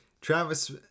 Travis